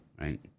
Right